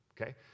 okay